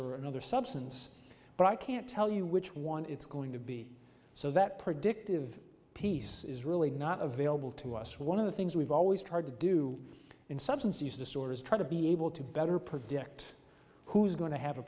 or another substance but i can't tell you which one it's going to be so that predictive piece is really not available to us one of the things we've always tried to do in substance use disorders try to be able to better predict who's going to have a